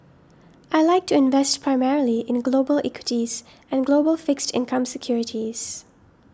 I like to invest primarily in global equities and global fixed income securities